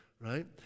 right